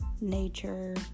nature